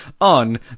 on